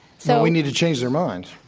so we need to change their minds.